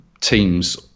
teams